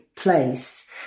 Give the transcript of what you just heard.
Place